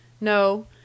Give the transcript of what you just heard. No